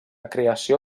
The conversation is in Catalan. creació